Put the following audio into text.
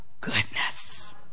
goodness